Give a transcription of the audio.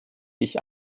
ich